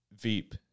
Veep